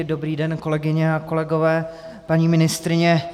Dobrý den, kolegyně a kolegové, paní ministryně.